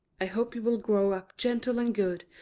i hope you will grow up gentle and good,